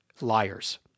liars